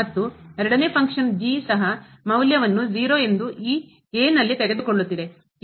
ಮತ್ತು ಎರಡನೇ ಫಂಕ್ಷನ್ ಕಾರ್ಯ ಸಹ ಮೌಲ್ಯವನ್ನು ಎಂದು ಈ ತೆಗೆದುಕೊಳ್ಳುತ್ತಿದೆ